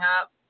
up